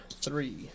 three